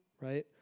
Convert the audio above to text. right